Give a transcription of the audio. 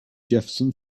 jefferson